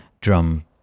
drum